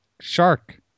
shark